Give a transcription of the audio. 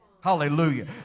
Hallelujah